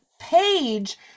page